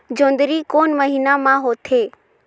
जोंदरी कोन महीना म होथे?